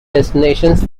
destinations